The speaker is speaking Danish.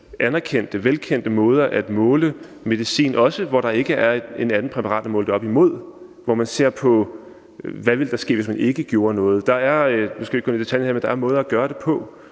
anerkendte, velkendte måder at måle medicin på, hvor der ikke er et andet præparat at måle det op imod, hvor man ser på, hvad der ville ske, hvis man ikke gjorde noget. Nu skal vi her ikke gå